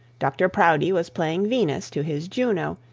dr proudie was playing venus to his juno,